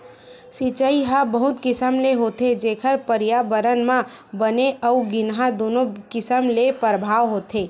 सिचई ह बहुत किसम ले होथे जेखर परयाबरन म बने अउ गिनहा दुनो किसम ले परभाव होथे